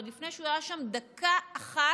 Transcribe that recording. עוד לפני שהוא היה שם דקה אחת,